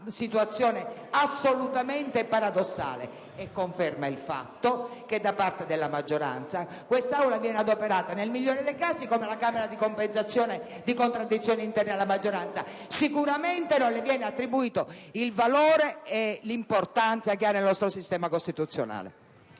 situazione assolutamente paradossale, a conferma del fatto che da parte della maggioranza quest'Aula, nel migliore dei casi, viene adoperata come Camera di compensazione di contraddizioni interne alla maggioranza. Sicuramente non le viene attribuito il valore e l'importanza che ha nel nostro sistema costituzionale.